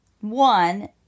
One